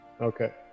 Okay